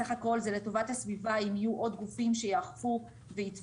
בסך הכול זה לטובת הסביבה אם יהיו עוד גופים שיאכפו ויתבעו,